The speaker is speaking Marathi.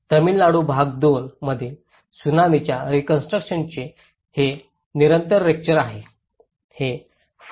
तमिळनाडू भाग दोन मधील त्सुनामीच्या रीकॉन्स्ट्रुकशनचे हे निरंतर व्याख्यान आहे